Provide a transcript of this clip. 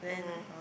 ah